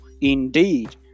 indeed